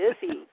busy